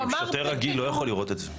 שוטר רגיל לא יכול לראות את זה.